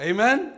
Amen